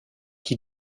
qui